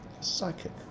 psychic